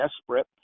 desperate